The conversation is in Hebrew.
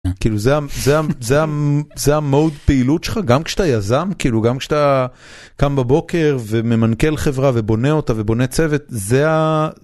זה המוד פעילות שלך גם כשאתה יזם, כאילו גם כשאתה קם בבוקר וממנכ"ל חברה ובונה אותה ובונה צוות, זה ה...